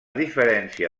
diferència